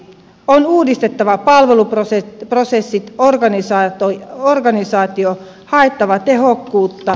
on uudistettava palveluprosessit organisaatio haettava tehokkuutta